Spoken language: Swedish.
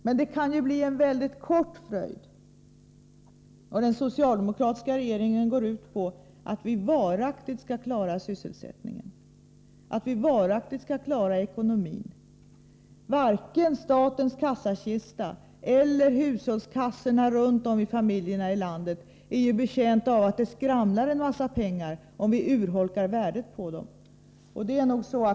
Men det kan bli en väldigt kort fröjd, och den socialdemokratiska regeringens politik går ut på att vi varaktigt skall klara både sysselsättningen och ekonomin. Statens kassakista eller hushållskassorna runt om i familjerna i landet är ju inte betjänta av att det där skramlar en massa pengar, om vi urholkar värdet av dem.